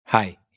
Hi